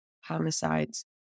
homicides